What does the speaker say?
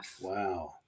Wow